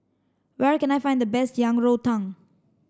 where can I find the best Yang Rou Tang